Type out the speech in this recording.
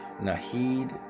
Nahid